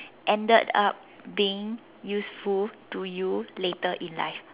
ended up being useful to you later in life